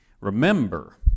Remember